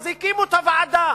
אז הקימו את הוועדה.